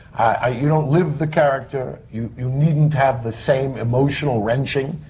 ah. you don't live the character. you. you needn't have the same emotional wrenching.